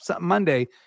Monday